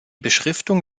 beschriftung